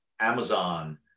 Amazon